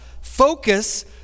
focus